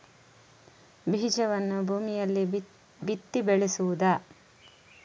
ಬೀಜವನ್ನು ಭೂಮಿಯಲ್ಲಿ ಬಿತ್ತಿ ಬೆಳೆಸುವುದಾ?